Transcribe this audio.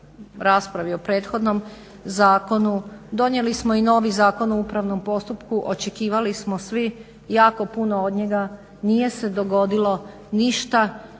raspravi o prethodnom zakonu donijeli smo i novi Zakon o upravnom postupku, očekivali smo svi jako puno od njega. Nije se dogodilo ništa